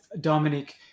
Dominique